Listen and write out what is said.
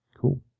Cool